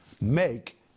make